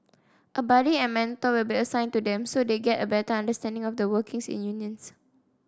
a buddy and mentor will be assigned to them so they get a better understanding of the workings in unions